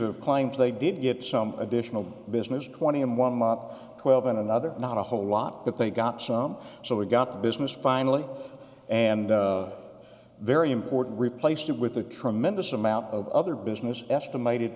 of claims they did get some additional business twenty and one model twelve and another not a whole lot but they got some so we got the business finally and very important replaced it with a tremendous amount of other business estimated